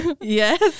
Yes